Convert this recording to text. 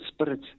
spirit